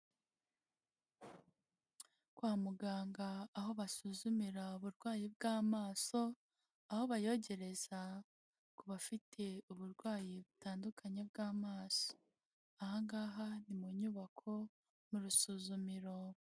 Kwa muganga aho basuzumira uburwayi bw'amaso, aho bayogereza ku bafite uburwayi butandukanye bw'amaso. Aha ngaha ni mu nyubako mu rusuzumiro.